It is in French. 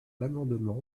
l’amendement